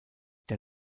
der